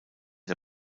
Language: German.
der